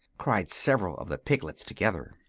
cried several of the piglets, together.